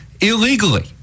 illegally